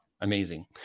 amazing